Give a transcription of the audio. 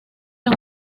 las